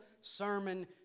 sermon